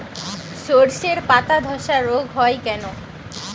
শর্ষের পাতাধসা রোগ হয় কেন?